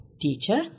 teacher